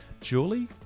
Julie